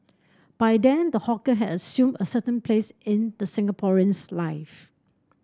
by then the hawker had assumed a certain place in the Singaporean's life